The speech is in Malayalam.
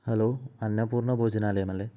ഹലോ അന്നപൂർണ ഭോജനാലയം അല്ലേ